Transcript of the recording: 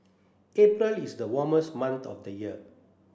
April is the warmest month of the year